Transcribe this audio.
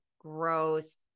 gross